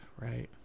Right